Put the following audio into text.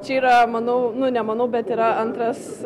čia yra manau nu nemanau bet yra antras